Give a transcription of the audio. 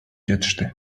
жатышты